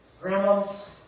grandmas